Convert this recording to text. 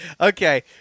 Okay